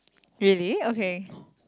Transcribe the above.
really okay